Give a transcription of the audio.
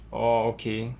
oh okay